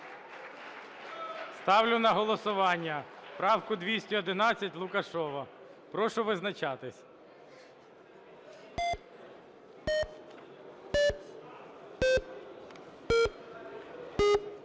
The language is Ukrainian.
Ставлю на голосування правку 211 Лукашева. Прошу визначатися.